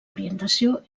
orientació